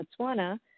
Botswana